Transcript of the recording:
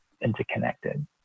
interconnected